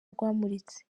rwamuritse